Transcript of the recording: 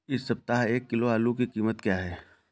इस सप्ताह एक किलो आलू की कीमत क्या है?